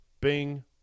Bing